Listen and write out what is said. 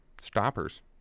Stoppers